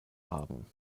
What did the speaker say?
haben